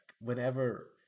whenever